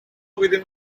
within